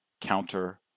counter